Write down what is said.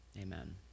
Amen